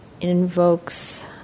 invokes